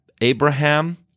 Abraham